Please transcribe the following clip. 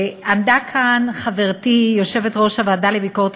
עמדה כאן חברתי יושבת-ראש הוועדה לביקורת